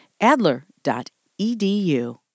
Adler.edu